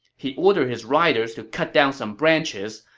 he ordered his riders to cut down some branches,